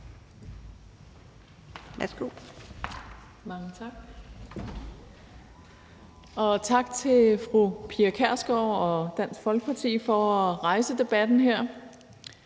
(KF): Mange tak, og tak til fru Pia Kjærsgaard og Dansk Folkeparti for at rejse debatten her.